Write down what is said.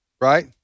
right